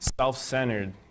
self-centered